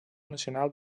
nacional